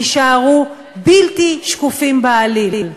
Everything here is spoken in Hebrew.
יישארו בלתי שקופים בעליל.